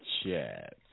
chat